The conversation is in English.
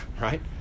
right